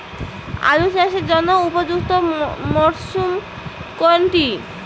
আলু চাষের জন্য উপযুক্ত মরশুম কোনটি?